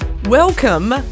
Welcome